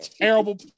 terrible